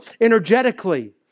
energetically